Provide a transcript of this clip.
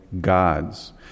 God's